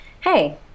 hey